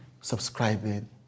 subscribing